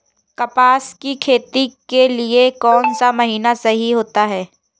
कपास की खेती के लिए कौन सा महीना सही होता है?